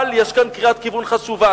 אבל יש כאן קריאת כיוון חשובה.